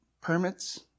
Permits